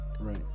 Right